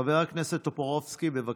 חבר הכנסת טופורובסקי, בבקשה.